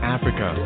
Africa